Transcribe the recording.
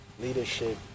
leadership